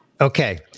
okay